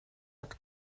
att